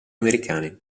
americani